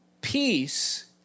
Peace